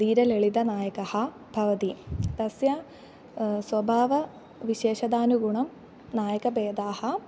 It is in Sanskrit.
दीरललितनायकः भवति तस्य स्वभावविशेषतानुगुणं नायकभेदाः